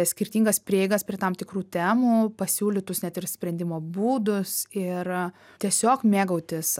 skirtingas prieigas prie tam tikrų temų pasiūlytus net ir sprendimo būdus ir tiesiog mėgautis